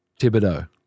Thibodeau